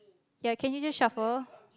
ya can you just shuffle